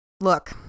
Look